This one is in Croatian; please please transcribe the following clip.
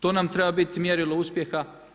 To nam treba biti mjerilo uspjeha.